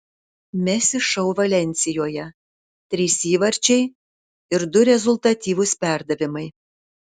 messi šou valensijoje trys įvarčiai ir du rezultatyvūs perdavimai